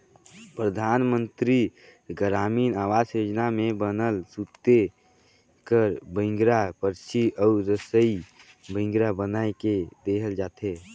परधानमंतरी गरामीन आवास योजना में बनल सूते कर बइंगरा, परछी अउ रसई बइंगरा बनाए के देहल जाथे